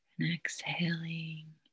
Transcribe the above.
Exhaling